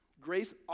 grace